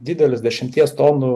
didelis dešimties tonų